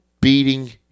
beating